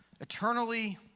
eternally